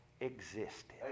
Existed